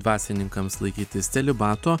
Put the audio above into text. dvasininkams laikytis celibato